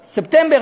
ספטמבר,